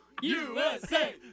USA